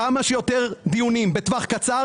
צריך כמה שיותר דיונים בטווח קצר,